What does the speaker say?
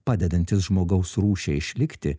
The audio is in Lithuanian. padedantis žmogaus rūšiai išlikti